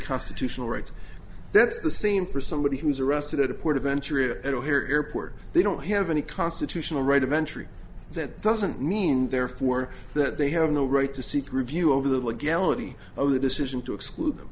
constitutional rights that's the same for somebody who was arrested at a port of entry at o'hare airport they don't have any constitutional right of entry that doesn't mean therefore that they have no right to seek review over the legalities of the decision to exclude the